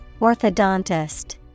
orthodontist